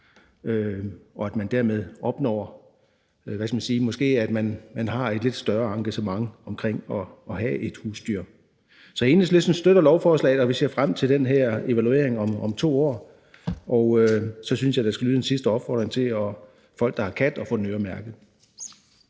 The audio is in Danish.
og at man dermed opnår, hvad skal man sige, et måske lidt større engagement omkring at have et husdyr. Så Enhedslisten støtter lovforslaget, og vi ser frem til den her evaluering om 2 år. Og så synes jeg, at der skal lyde en sidste opfordring til folk, der har kat, om at få den øremærket.